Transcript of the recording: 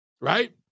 right